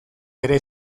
bere